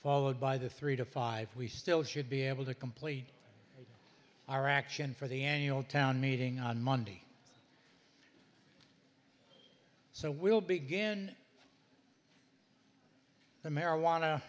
followed by the three to five we still should be able to complete our action for the annual town meeting on monday so we'll begin the marijuana